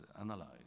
analyzed